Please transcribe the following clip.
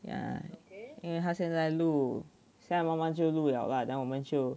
ya 因为它现在录现在慢慢就了 lah then 我们就